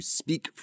speak